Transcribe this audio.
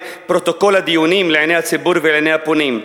פרוטוקול הדיונים לעיני הציבור ולעיני הפונים.